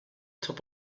top